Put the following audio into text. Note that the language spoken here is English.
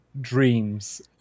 dreams